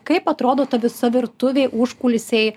kaip atrodo ta visa virtuvė užkulisiai